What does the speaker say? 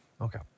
Okay